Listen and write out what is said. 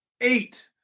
eight